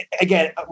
again